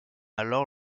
alors